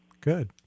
Good